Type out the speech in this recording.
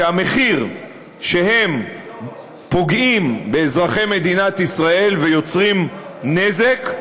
שהמחיר שהם פוגעים באזרחי מדינת ישראל ויוצרים נזק,